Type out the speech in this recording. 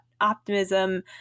optimism